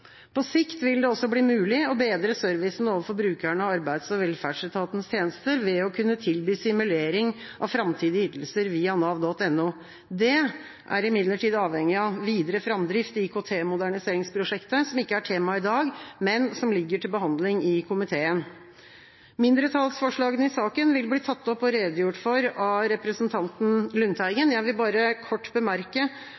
På sikt vil det også bli mulig å bedre servicen overfor brukerne av Arbeids- og velferdsetatens tjenester ved å kunne tilby simulering av framtidige ytelser via nav.no. Det er imidlertid avhengig av videre framdrift i IKT-moderniseringsprosjektet, som ikke er tema i dag, men som ligger til behandling i komiteen. Mindretallsforslagene i saken vil bli tatt opp og redegjort for av representanten